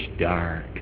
dark